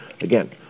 Again